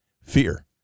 fear